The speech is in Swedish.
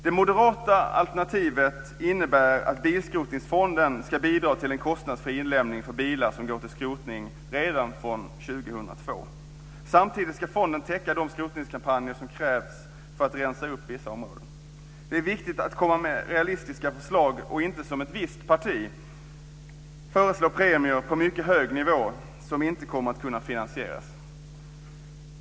Det moderata alternativet innebär att bilskrotningsfonden ska bidra till en kostnadsfri inlämning av bilar som går till skrotning redan från 2002. Samtidigt ska fonden täcka kostnaderna för de skrotningskampanjer som krävs för att rensa upp i vissa områden. Det är viktigt att komma med realistiska förslag och inte som ett visst parti föreslå premier på mycket hög nivå som inte kommer att kunna finansieras.